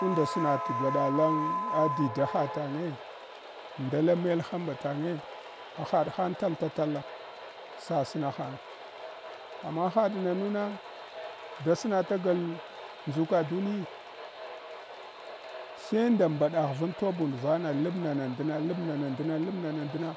Unda sna t’ gwaɗalan adidaha tange, ndala melha mbatange, hahaɗ hang tal-tatala sasna hang amma haɗ nanu na da sna tagal ndʒuka duniyi se nda mbaɗagh van tabunda vana lab nana ndna, lab nana ndna, lab nana ndna